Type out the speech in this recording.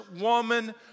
woman